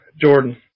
Jordan